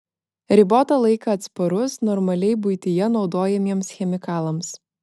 ribotą laiką atsparus normaliai buityje naudojamiems chemikalams